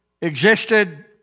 existed